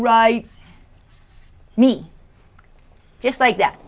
write me just like that